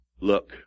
Look